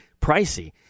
pricey